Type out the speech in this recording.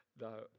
No